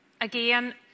again